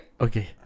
Okay